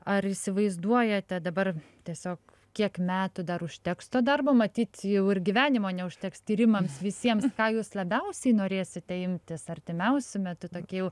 ar įsivaizduojate dabar tiesiog kiek metų dar užteks to darbo matyt jau ir gyvenimo neužteks tyrimams visiems ką jūs labiausiai norėsite imtis artimiausiu metu tokie jau